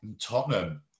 Tottenham